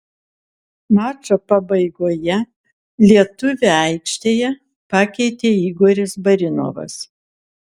mačo pabaigoje lietuvį aikštėje pakeitė igoris barinovas